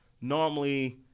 normally